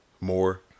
more